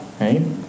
Right